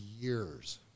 years